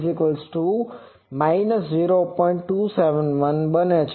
271 બને છે